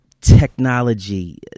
technology